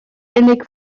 unig